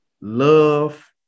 love